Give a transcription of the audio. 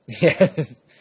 Yes